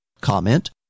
comment